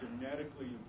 genetically